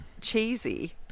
cheesy